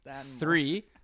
three